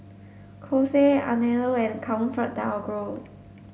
Kose Anello and ComfortDelGro